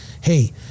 hey